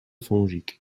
fongique